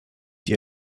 die